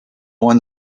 one